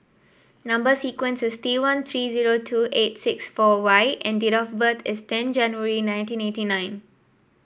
number sequence is T one three zero two eight six four Y and date of birth is ten January nineteen eighty nine